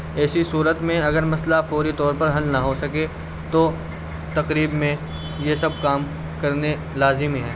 ایسی صورت میں اگر مسئلہ فوری طور پر حل نہ ہو سکے تو تقریب میں یہ سب کام کرنے لازمی ہیں